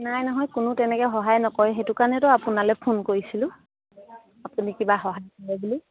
নাই নহয় কোনো তেনেকৈ সহায় নকৰে সেইটো কাৰণেতো আপোনালৈ ফোন কৰিছিলোঁ আপুনি কিবা সহায় কৰে বুলি